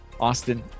Austin